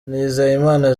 nizeyimana